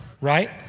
Right